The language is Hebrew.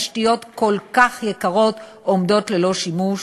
ואלה תשתיות כל כך יקרות שעומדות ללא שימוש.